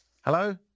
Hello